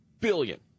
billion